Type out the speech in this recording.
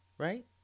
right